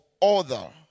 order